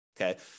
Okay